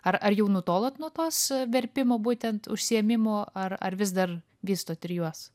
ar ar jau nutolot nuo tos verpimo būtent užsiėmimo ar ar vis dar vystot ir juos